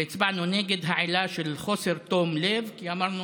הצבענו נגד העילה של חוסר תום לב כי אמרנו